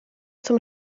zum